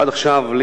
עד עכשיו לי,